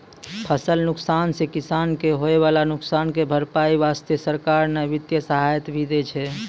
फसल नुकसान सॅ किसान कॅ होय वाला नुकसान के भरपाई वास्तॅ सरकार न वित्तीय सहायता भी दै छै